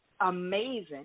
amazing